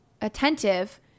attentive